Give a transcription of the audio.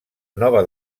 nova